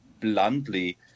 bluntly